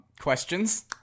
Questions